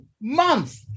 month